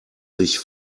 sich